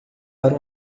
para